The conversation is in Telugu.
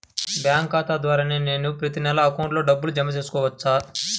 బ్యాంకు ఖాతా ద్వారా నేను ప్రతి నెల అకౌంట్లో డబ్బులు జమ చేసుకోవచ్చా?